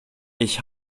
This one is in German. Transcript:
ich